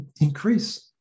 increase